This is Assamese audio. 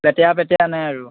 লেতেৰা পেতেৰা নাই আৰু